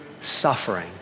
suffering